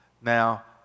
Now